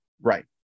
right